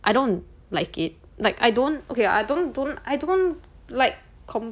I don't like it like I don't okay I don't don't I don't like com~